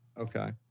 Okay